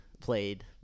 played